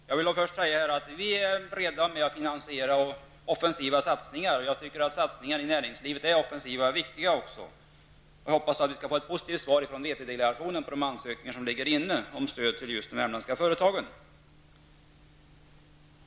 Herr talman! Jag vill först säga att vi är beredda att vara med och finansiera offensiva satsningar. Jag tycker att satsningar i näringslivet är offensiva och viktiga. Jag hoppas att vi skall få ett positivt svar från VT-delegationen på de ansökningar som ligger inne om stöd till de värmländska företagen.